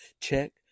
Check